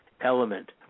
element